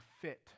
fit